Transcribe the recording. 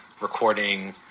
recording